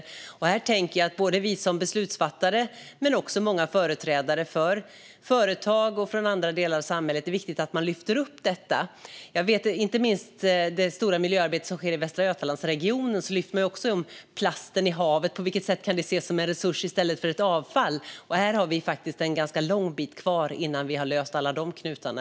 Här tänker jag att det är viktigt att man lyfter upp detta som beslutsfattare men också från många företrädare för företag och andra delar av samhället. Inte minst i det stora miljöarbete som sker i Västra Götalandsregionen lyfter man fram plasten i havet. På vilket sätt kan den ses som en resurs i stället för ett avfall? Här har vi ganska lång bit kvar innan vi har löst alla de knutarna.